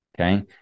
Okay